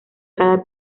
cada